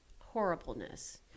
horribleness